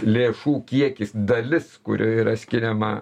lėšų kiekis dalis kuri yra skiriama